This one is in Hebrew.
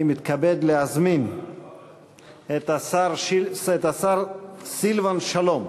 אני מתכבד להזמין את השר סילבן שלום